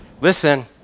listen